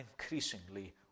increasingly